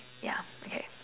yeah okay